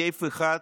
סעיף אחד,